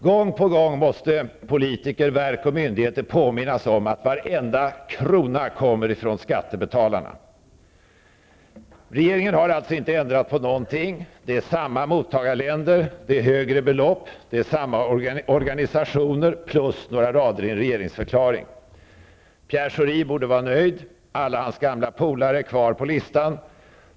Gång på gång måste politiker, verk och myndigheter bli påminda om att varenda krona kommer från skattebetalarna. Regeringen har alltså inte ändrat på någonting. Det är samma mottagarländer. Det är högre belopp. Det är samma organisationer, plus några rader i regeringsförklaringen. Pierre Schori borde vara nöjd. Alla hans gamla polare är kvar på listan.